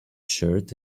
shirt